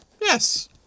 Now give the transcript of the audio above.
Yes